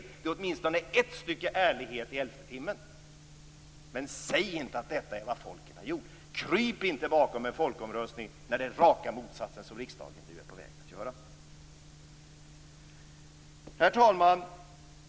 Det vore åtminstone ett stycke ärlighet i elfte timmen. Men säg inte att detta är vad folket har sagt! Kryp inte bakom en folkomröstning, när det är raka motsatsen till den som riksdagen nu är på väg att besluta. Herr talman!